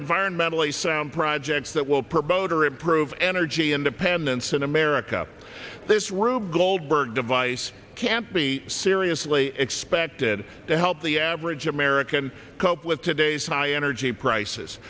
environmentally sound projects that will promote or improve energy independence in america this rube goldberg device can't be seriously expected to help the average american cope with today's high energy prices